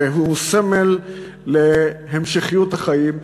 והוא סמל להמשכיות החיים.